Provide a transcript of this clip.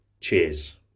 Cheers